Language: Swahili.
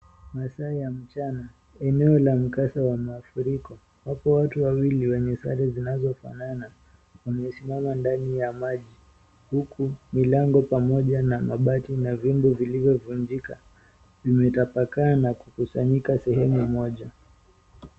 Masaa ya mchana, eneo la mkasa wa mafuriko, wapo watu wawili wenye sare zinazofanana umesimama ndani ya maji huku milango pamoja na mabati na vyombo vilivyo vunjika vimetapakaa na kukusanyika sehemu moja.